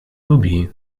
lubi